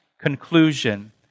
conclusion